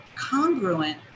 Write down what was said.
congruent